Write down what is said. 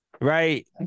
Right